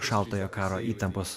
šaltojo karo įtampos